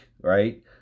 right